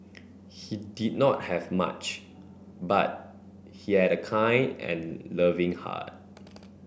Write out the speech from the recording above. he did not have much but he had a kind and loving heart